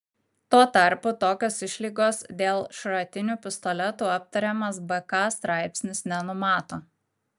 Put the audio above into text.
tuo tarpu tokios išlygos dėl šratinių pistoletų aptariamas bk straipsnis nenumato